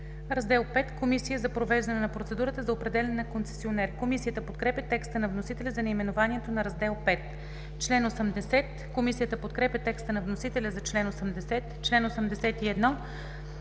на информация при провеждане на процедурата за определяне на концесионер“. Комисията подкрепя текста на вносителя за наименованието на Раздел VI. Комисията подкрепя текста на вносителя за чл. 83.